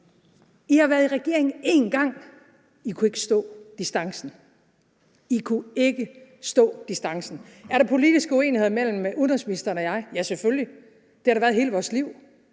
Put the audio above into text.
I har været i regering én gang. I kunne ikke stå distancen. I kunne ikke stå distancen! Er der politiske uenigheder mellem udenrigsministeren og mig? Ja, selvfølgelig, og det har der været hele vores liv.